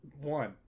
one